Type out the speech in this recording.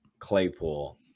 Claypool